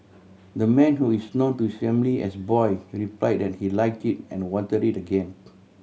the man who is known to his family as Boy replied that he liked it and wanted it again